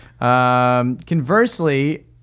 conversely